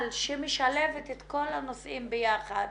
שמשלבת את כל הנושאים ביחד